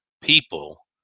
people